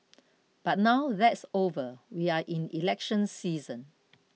but now that's over we are in election season